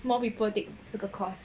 more people take 这个 course